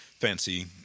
fancy